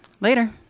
Later